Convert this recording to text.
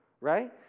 right